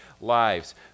lives